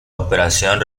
operación